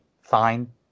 fine